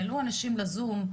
העלו אנשים לזום,